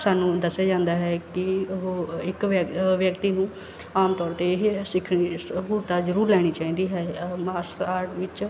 ਸਾਨੂੰ ਦੱਸਿਆ ਜਾਂਦਾ ਹੈ ਕਿ ਉਹ ਇੱਕ ਵਿਆ ਵਿਅਕਤੀ ਨੂੰ ਆਮ ਤੌਰ 'ਤੇ ਇਹ ਸਿੱਖ ਸਹੂਲਤਾਂ ਜ਼ਰੂਰ ਲੈਣੀ ਚਾਹੀਦੀ ਹੈ ਅਹ ਮਾਰਸਲ ਆਰਟ ਵਿੱਚ